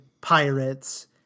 pirates